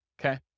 okay